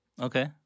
Okay